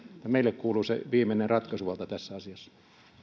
meille kuuluu se viimeinen ratkaisuvalta tässä asiassa